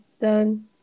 done